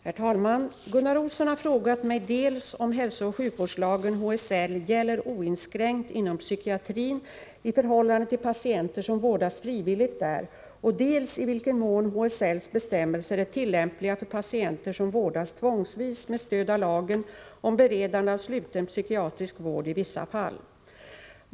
Herr talman! Gunnar Olsson har frågat mig dels om hälsooch sjukvårdslagen — HSL — gäller oinskränkt inom psykatrin i förhållande till patienter som vårdas frivilligt där, dels i vilken mån HSL:s bestämmelser är tillämpliga för patienter som vårdas tvångsvis med stöd av lagen om beredande av sluten psykiatrisk vård i vissa fall .